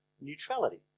neutrality